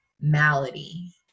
malady